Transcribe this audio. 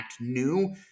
new